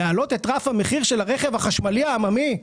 להעלות את רף המחיר של הרכב החשמלי העממי,